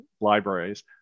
libraries